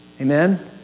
Amen